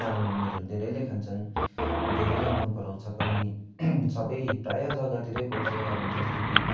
आलुमिमीहरू धेरैले खान्छन् धेरैले मन पराउँछ पनि सबै प्रायै जग्गाहरूतिरै पाउँछ अब जस्तो कि